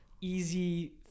easy